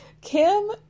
Kim